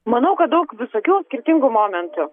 manau kad daug visokių skirtingų momentų